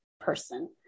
person